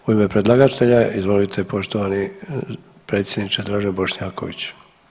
U ime predlagatelja izvolite poštovani predsjedniče Dražen Bošnjaković.